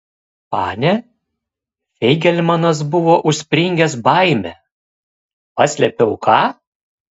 pane feigelmanas buvo užspringęs baime paslėpiau ką